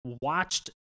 watched